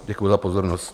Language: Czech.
Děkuju za pozornost.